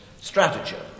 stratagem